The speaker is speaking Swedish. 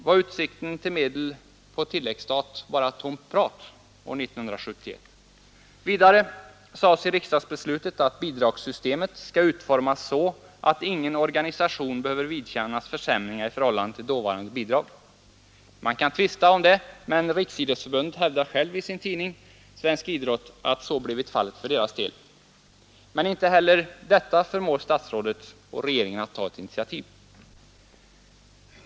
Var utsikten till medel på tilläggsstat bara tomt prat år 1971? Vidare sades i riksdagsbeslutet att bidragssystemet skulle utformas så, att ingen organisation skulle behöva vidkännas försämringar i förhållande till dåvarande bidrag. Man kan tvista om det, men Riksidrottsförbundet hävdar i sin tidning Svensk Idrott att så blivit fallet för deras del. Men inte heller detta förmår statsrådet och regeringen att ta ett initiativ.